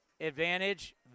Advantage